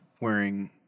wearing